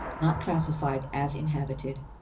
not classified as inhabited.